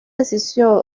decisión